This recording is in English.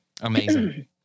Amazing